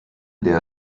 der